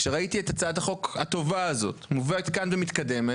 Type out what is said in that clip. כשראיתי את הצעת החוק הטובה הזאת מובאת כאן ומתקדמת,